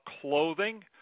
clothing